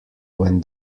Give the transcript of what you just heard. when